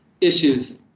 issues